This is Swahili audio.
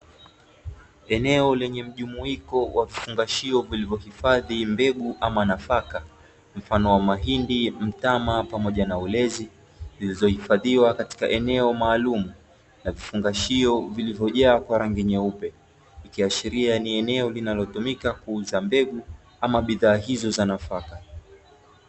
Eneo lenye mjumuiko wa vifungashio vilivyohifadhi mbegu ama nafaka mfano wa mahindi, mtama pamoja na ulezi zilizohifadhiwa katika eneo maalumu na vifungashio vilivyojaa kwa rangi nyeupe. Ikiashiria ni eneo linalotumika kuuza mbegu ama bidhaa hizo za nafaka.